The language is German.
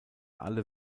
alle